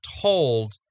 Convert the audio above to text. told